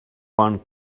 one